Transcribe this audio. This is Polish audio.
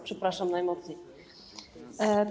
Przepraszam najmocniej.